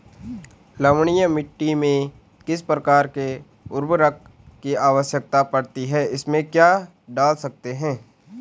लवणीय मिट्टी में किस प्रकार के उर्वरक की आवश्यकता पड़ती है इसमें क्या डाल सकते हैं?